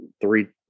three